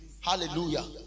Hallelujah